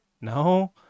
No